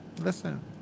listen